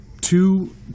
two